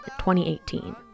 2018